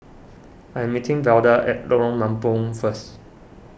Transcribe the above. I am meeting Velda at Lorong Mambong first